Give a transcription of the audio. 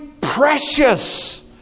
precious